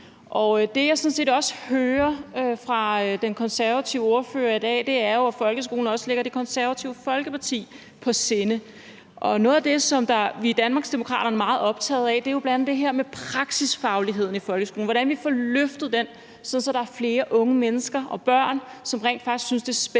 set også hører fra den konservative ordfører i dag, er, at folkeskolen også ligger Det Konservative Folkeparti på sinde. Noget af det, som vi i Danmarksdemokraterne er meget optaget af, er jo bl.a. det her med praksisfagligheden i folkeskolen, altså hvordan vi får løftet den, sådan at der er flere unge mennesker og børn, som rent faktisk synes, at det er spændende